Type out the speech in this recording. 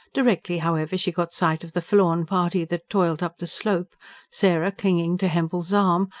directly, however, she got sight of the forlorn party that toiled up the slope sarah clinging to hempel's arm,